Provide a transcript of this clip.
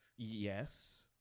Yes